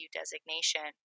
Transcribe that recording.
designation